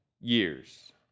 years